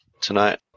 tonight